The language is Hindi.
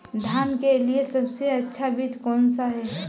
धान के लिए सबसे अच्छा बीज कौन सा है?